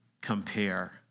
compare